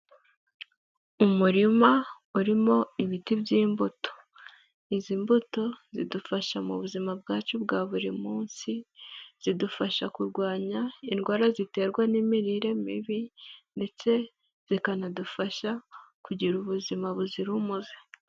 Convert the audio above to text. Umurima urimo ibiti by'imbuto. Izi mbuto zidufasha mu buzima bwacu bwa buri munsi, zidufasha kurwanya indwara ziterwa n'imirire mibi ndetse zikanadufasha kugira ubuzima buzira umuze.